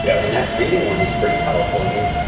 yeah and that breeding one is pretty powerful. i mean,